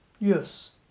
Yes